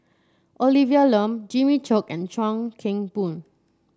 Olivia Lum Jimmy Chok and Chuan Keng Boon